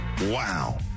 Wow